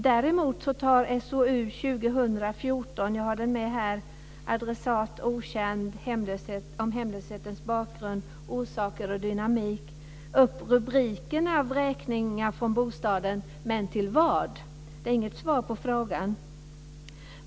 Däremot tar SOU 2000:14, Adressat okänd - om hemlöshetens bakgrund, orsaker och dynamik, upp rubriken Vräkningar från bostaden - men till vad? Det finns inget svar på frågan.